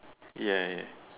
ya ya